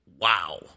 Wow